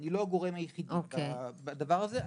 אני לא הגורם היחידי בדבר הזה.